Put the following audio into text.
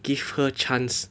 give her chance